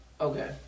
Okay